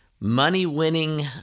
money-winning